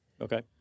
Okay